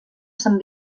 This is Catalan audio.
sant